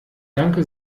danke